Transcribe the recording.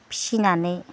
फिसिनानै